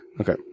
Okay